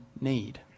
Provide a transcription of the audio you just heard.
need